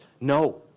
No